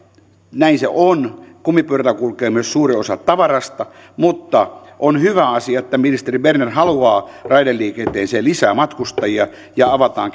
näin se on kumipyörillä kulkee myös suurin osa tavarasta mutta on hyvä asia että ministeri berner haluaa raideliikenteeseen lisää matkustajia ja avataan